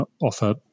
offer